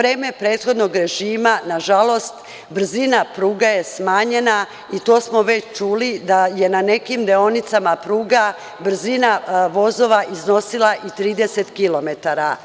Za vreme prethodnog režima nažalost brzina pruga je smanjena i to smo već čuli da je na nekim deonicama pruga brzina vozova iznosila i 30 kilometara.